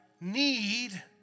need